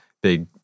big